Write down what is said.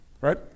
Right